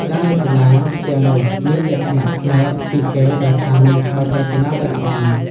ការរចនាទាំងនោះមានលក្ខណៈប្លែកពីគេដោយមានក្បាច់រចនាល្អិតល្អន់។